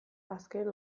azken